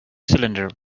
cylinder